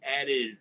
added